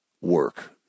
work